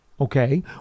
Okay